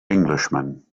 englishman